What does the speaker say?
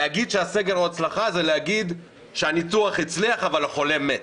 להגיד שהסגר הוא הצלחה זה להגיד שהניתוח הצליח אבל החולה מת.